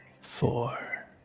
four